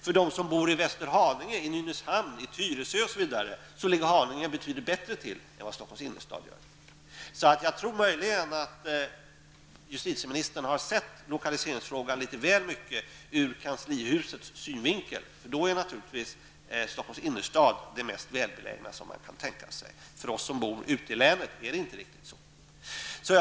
För dem som bor i Västerhaninge, i Nynäshamn, i Tyresö, osv. ligger Haninge betydligt bättre till än Stockholms innerstad. Jag tror därför att justitieministern möjligen har sett lokaliseringsfrågan litet väl mycket ur kanslihusets synvinkel. Då är naturligtvis Stockholms innerstad det mest välbelägna man kan tänka sig. För oss som bor ute i länet är det inte riktigt så.